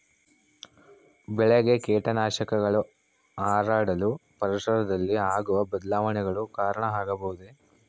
ಬೆಳೆಗೆ ಕೇಟನಾಶಕಗಳು ಹರಡಲು ಪರಿಸರದಲ್ಲಿ ಆಗುವ ಬದಲಾವಣೆಗಳು ಕಾರಣ ಆಗಬಹುದೇ?